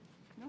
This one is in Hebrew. זה